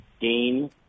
gain